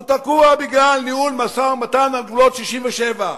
הוא תקוע בגלל ניהול משא-ומתן על גבולות 67',